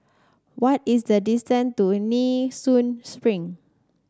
what is the distance to Nee Soon Spring